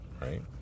right